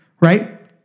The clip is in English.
Right